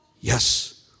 Yes